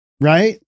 right